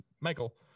Michael